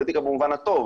פוליטיקה במובן הטוב.